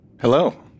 Hello